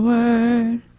Word